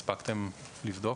הספקתם לבדוק?